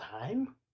time